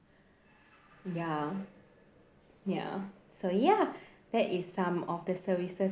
ya ya so ya that is some of the services